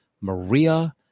Maria